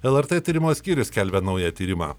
lrt tyrimų skyrius skelbia naują tyrimą